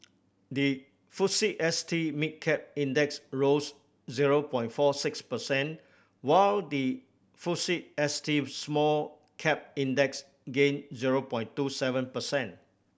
the FUSE S T Mid Cap Index rose zero point four six percent while the FUSE S T Small Cap Index gained zero point two seven percent